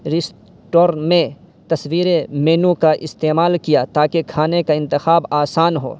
restaurant میں تصویریں menu کا استعمال کیا تاکہ کھانے کا انتخاب آسان ہو